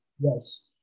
Yes